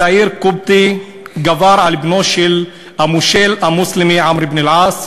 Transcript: צעיר קופטי גבר על בנו של המושל המוסלמי עמרו בן אלעאס.